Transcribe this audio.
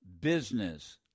Business